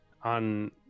on